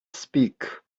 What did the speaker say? speak